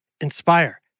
Inspire